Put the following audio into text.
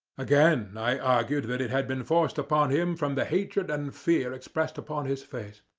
again, i argued that it had been forced upon him from the hatred and fear expressed upon his face.